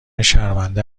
شرمنده